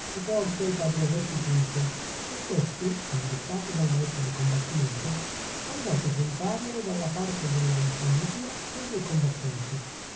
le porse al padre restituto e questi indettato dal maestro di combattimento andò a presentarle dalla parte della impugnatura ai due combattenti